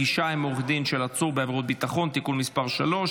(פגישה עם עורך דין של עצור בעבירת ביטחון) (תיקון מס' 3),